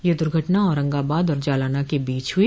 यह दुर्घटना औरंगाबाद और जालना के बीच हुइ